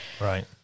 Right